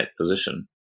position